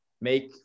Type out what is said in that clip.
make